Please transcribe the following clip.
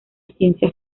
ciencia